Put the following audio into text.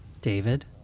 David